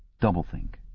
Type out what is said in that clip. doublethink